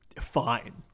Fine